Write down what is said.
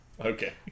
Okay